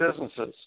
businesses